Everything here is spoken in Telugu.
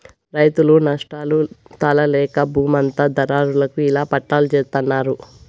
రైతులు నష్టాలు తాళలేక బూమంతా దళారులకి ఇళ్ళ పట్టాల్జేత్తన్నారు